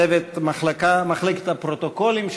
לצוות מחלקת הפרוטוקולים,